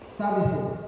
services